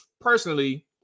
personally